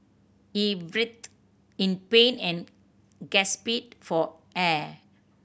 he writhed in pain and gasped for air